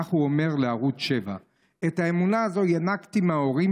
כך הוא אומר לערוץ 7. את האמונה הזו ינקתי מההורים